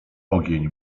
ogień